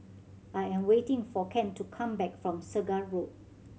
I am waiting for Kent to come back from Segar Road